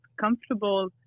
comfortable